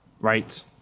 right